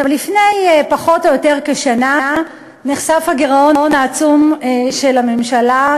לפני פחות או יותר שנה נחשף הגירעון העצום של הממשלה,